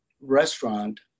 restaurant